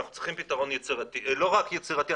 אנחנו צריכים פתרון לא רק יצירתי,